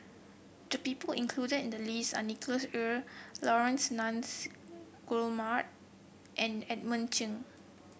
the people included in the list are Nicholas Ee Laurence Nunns Guillemard and Edmund Cheng